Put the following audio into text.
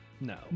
no